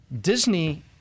Disney